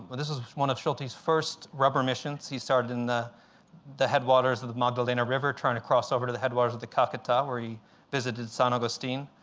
but this is one of schultes' first rubber missions. he started in the the headwaters of the magdalena river trying to cross over to the headwaters of the caqueta, where he visited st. augustin.